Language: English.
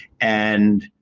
and